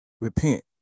Repent